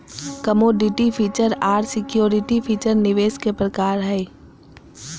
commodity feature आर security feature निवेश के प्रकार हय